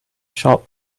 shop